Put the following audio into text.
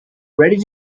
ready